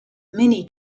many